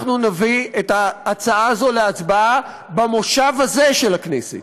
אנחנו נביא את ההצעה הזו להצבעה במושב הזה של הכנסת,